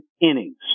innings